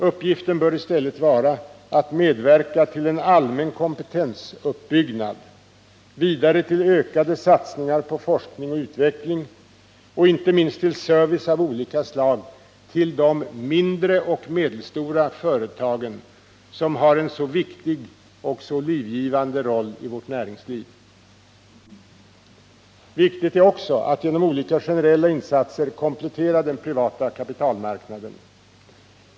Uppgiften bör i stället vara att medverka bl.a. till en allmän kompetensuppbyggnad, vidare till ökade satsningar på forskning och utveckling och inte minst till service av olika slag till de mindre och medelstora företagen, som har en så viktig och livgivande roll i vårt näringsliv. Viktigt är också att genom olika generella insatser komplettera den privata kapitalmarknaden.